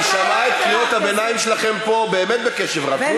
היא שמעה את קריאות הביניים שלכם פה באמת בקשב רב.